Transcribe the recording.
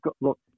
look